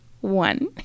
One